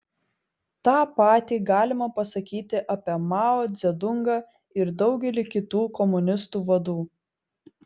tą patį galima pasakyti apie mao dzedungą ir daugelį kitų komunistų vadų